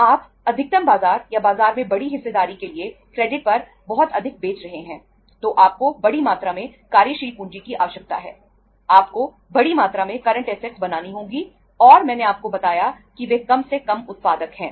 आप अधिकतम बाजार या बाजार में बड़ी हिस्सेदारी के लिए क्रेडिट बनानी होगी और मैंने आपको बताया कि वे कम से कम उत्पादक हैं